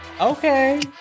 Okay